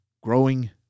growing